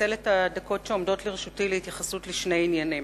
אנצל את הדקות שעומדות לרשותי להתייחסות לשני עניינים,